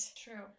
true